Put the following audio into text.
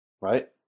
Right